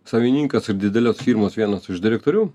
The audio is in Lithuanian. savininkas ir didelės firmos vienas iš direktorių